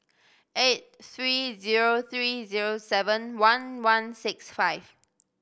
eight three zero three zero seven one one six five